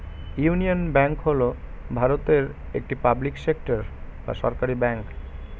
union Bank হল ভারতের একটি পাবলিক সেক্টর বা সরকারি ব্যাঙ্ক